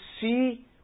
see